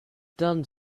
done